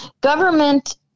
Government